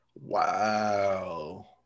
Wow